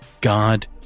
God